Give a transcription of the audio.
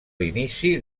l’inici